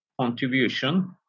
contribution